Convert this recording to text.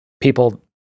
people